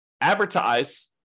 advertise